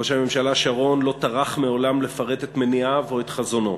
ראש הממשלה שרון לא טרח מעולם לפרט את מניעיו או את חזונו.